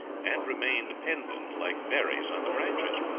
and remained pendant like berries on the branches.